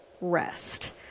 rest